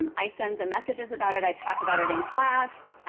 um i send them messages about it. i talk about it in class.